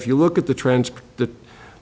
if you look at the trend that